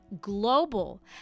Global